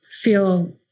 feel